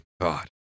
god